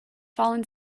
fallen